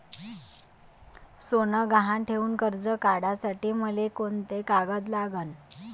सोनं गहान ठेऊन कर्ज काढासाठी मले कोंते कागद लागन?